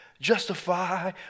justify